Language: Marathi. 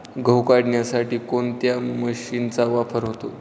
गहू काढण्यासाठी कोणत्या मशीनचा वापर होतो?